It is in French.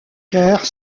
caire